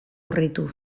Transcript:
urritu